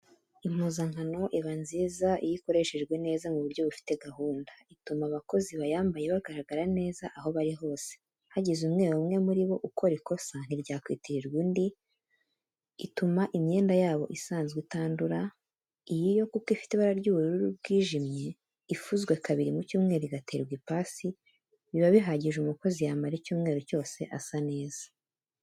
Impuzankano iba nziza iyo ikoreshejwe neza mu buryo bufite gahunda. Ituma abakozi bayambaye bagaragara neza aho bari hose, hagize umwe umwe muri bo ukora ikosa ntiryakwitirirwa undi, ituma imyenda yabo isanzwe itandura, iyi yo kuko ifite ibara ry'ubururu bwijimye, ifuzwe kabiri mu cy'umweru, igaterwa ipasi, biba bihagije umukozi yamara icyumweru cyose asa neza.